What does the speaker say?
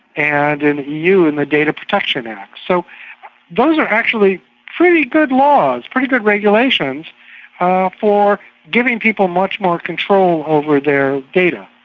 and in the eu and the data protection act. so those are actually pretty good laws, pretty good regulations for giving people much more control over their data.